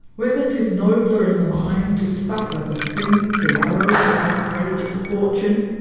whether tis nobler in the mind to suffer the slings and arrows of outrageous fortune.